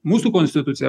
mūsų konstitucija